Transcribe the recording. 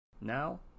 Now